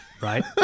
right